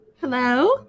Hello